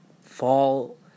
fall